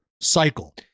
cycle